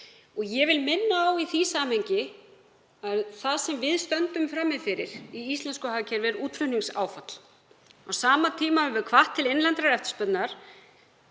Ég vil minna á í því samhengi að það sem við stöndum frammi fyrir í íslensku hagkerfi er útflutningsáfall. Á sama tíma höfum við hvatt til innlendrar eftirspurnar